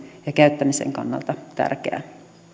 ja käyttämisen kannalta tärkeää